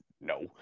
No